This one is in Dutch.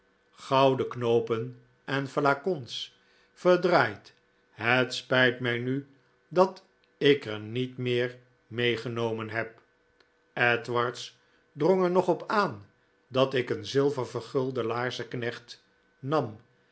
gouden knoopen en flacons verdraaid het spijt mij nu dat ik er niet meer meegenomen heb edwards drong er nog op aan dat ik een zilver vergulden laarzenknecht nam